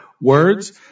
words